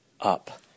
up